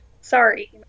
Sorry